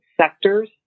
sectors